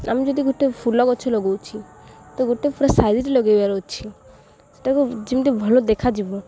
ଆମେ ଯଦି ଗୋଟେ ଫୁଲ ଗଛ ଲଗାଉଛି ତ ଗୋଟେ ପୁରା ସାଇଜ୍ ଲଗାଇବାର ଅଛି ସେଟାକୁ ଯେମିତି ଭଲ ଦେଖାଯିବ